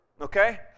okay